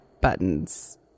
buttons